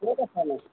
ক'ত আছানো